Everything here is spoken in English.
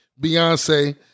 Beyonce